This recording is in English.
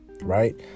Right